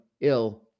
ill